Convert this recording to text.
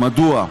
מדוע?